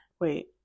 Wait